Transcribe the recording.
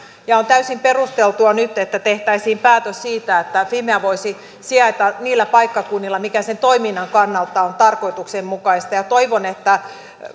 ja nyt on täysin perusteltua että tehtäisiin päätös siitä että fimea voisi sijaita niillä paikkakunnilla joilla se toiminnan kannalta on tarkoituksenmukaista toivon että